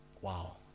wow